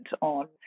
on